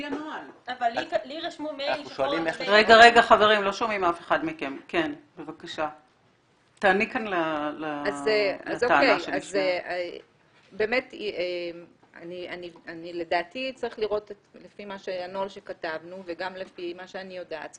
לפי הנוהל שכתבנו וגם לפי מה שאני יודעת,